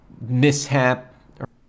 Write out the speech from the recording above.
mishap